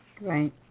Right